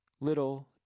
little